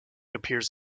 appears